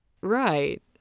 Right